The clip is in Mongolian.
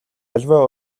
аливаа